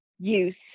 use